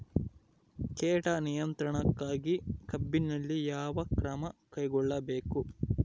ಕೇಟ ನಿಯಂತ್ರಣಕ್ಕಾಗಿ ಕಬ್ಬಿನಲ್ಲಿ ಯಾವ ಕ್ರಮ ಕೈಗೊಳ್ಳಬೇಕು?